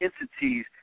entities